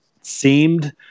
seemed